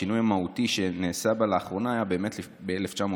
השינוי המהותי שנעשה בפקודה היה ב-1970.